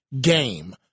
game